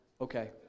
Okay